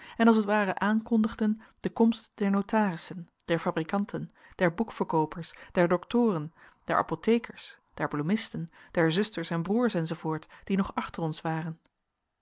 en als t ware aankondigden de komst der notarissen der fabrikanten der boekverkoopers der doctoren der apothekers der bloemisten der zusters en broers enz die nog achter ons waren